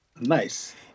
Nice